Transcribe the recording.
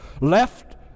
Left